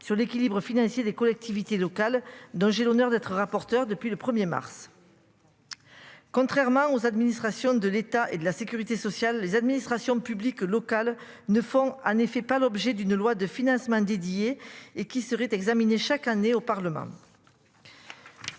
sur l'équilibre financier des collectivités locales d'un j'ai l'honneur d'être rapporteure depuis le 1er mars. Contrairement aux administrations de l'État et de la sécurité sociale les administrations publiques locales ne font en effet pas l'objet d'une loi de financement. Didier et qui examiné chaque année au Parlement.